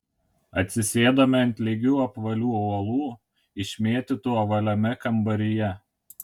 atsisėdome ant lygių apvalių uolų išmėtytų ovaliame kambaryje